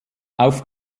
auf